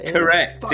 Correct